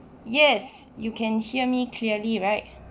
yes you can hear me clearly right